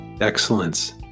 Excellence